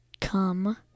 come